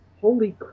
Holy